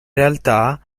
realtà